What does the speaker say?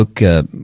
look